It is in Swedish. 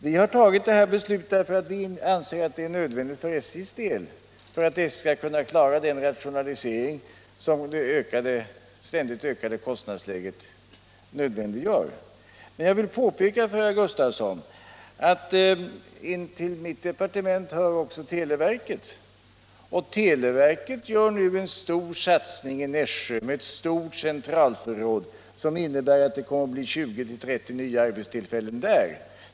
Vi har tagit det här beslutet då vi anser att det är nödvändigt för att SJ skall kunna klara den rationalisering som det ständigt högre kostnadsläget nödvändiggör. Men jag vill påpeka för herr Gustavsson att 13 till mitt departement också hör televerket, som nu gör en satsning i Nässjö med ett stort centralförråd, som innebär 20-30 nya arbetstillfällen.